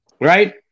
Right